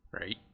right